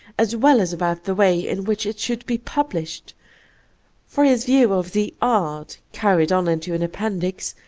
as well as about the way in which it should be published for his view of the art, carried on into an appendix,